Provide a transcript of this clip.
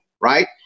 right